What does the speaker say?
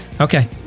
Okay